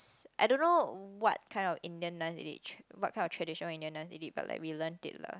I don't know what kind of Indian dance is it what kind of traditional Indian dance we did but like we learnt it lah